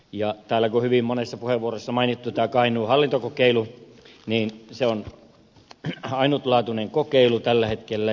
kun täällä hyvin monessa puheenvuorossa on mainittu tämä kainuun hallintokokeilu niin se on ainutlaatuinen kokeilu tällä hetkellä